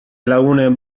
lagunen